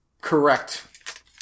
correct